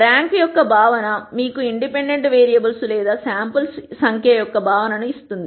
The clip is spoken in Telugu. ర్యాంక్ యొక్క భావన మీకు ఇన్ డిపెండెంట్ వేరియబుల్స్ లేదా శాంపిల్స్ సంఖ్య యొక్క భావనను ఇస్తుంది